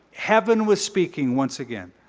heaven was speaking once again.